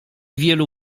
wielu